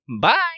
bye